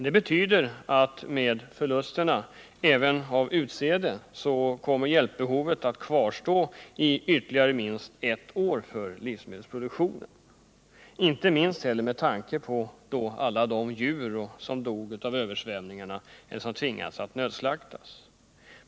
Med tanke på förlusterna av även utsäde kommer hjälpbehovet när det gäller livsmedelsproduktionen att kvarstå i ytterligare minst ett år — detta inte minst med tanke på alla de djur som dog vid översvämningarna eller måste nödslaktas.